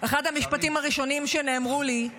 אחד המשפטים הראשונים שנאמרו לי הוא